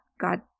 God